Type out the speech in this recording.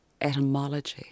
etymology